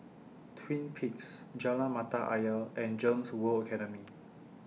Twin Peaks Jalan Mata Ayer and Gems World Academy